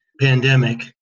pandemic